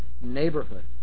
neighborhood